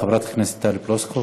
חברת הכנסת טלי פלסקוב.